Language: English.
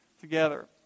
together